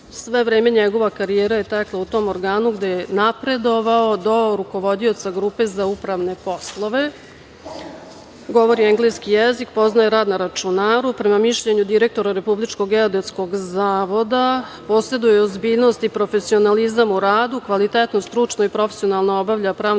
Sve vreme njegova karijera je tekla u tom organu, gde je napredovao do rukovodioca grupe za upravne poslove. Govori engleski jezik, poznaje rad na računaru. Prema mišljenju direktora Republičkog geodetskog zavoda, poseduje ozbiljnost i profesionalizam u radu. Kvalitetno, stručno i profesionalno obavlja pravne